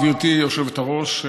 גברתי היושבת-ראש,